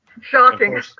Shocking